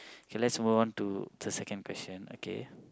K let's move on to the second question okay